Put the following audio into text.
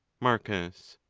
marcus.